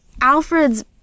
Alfred's